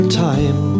time